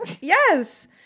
Yes